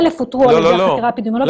1,000 אותרו על ידי החקירה האפידמיולוגית.